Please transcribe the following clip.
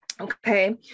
Okay